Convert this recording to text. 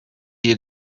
you